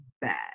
bad